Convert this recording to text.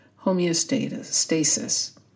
homeostasis